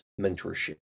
mentorship